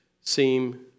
seem